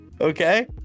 okay